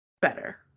better